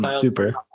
super